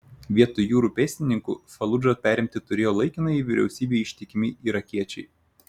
vietoj jūrų pėstininkų faludžą perimti turėjo laikinajai vyriausybei ištikimi irakiečiai